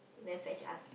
then fetch us